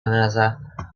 another